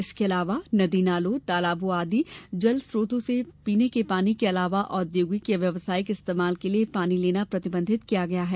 इसके अलावा नदी नालों तालाबों आदि जलस्रोतों से पीने के अलावा औद्योगिक या व्यावसायिक इस्तेमाल के लिए पानी लेना प्रतिबंधित किया गया है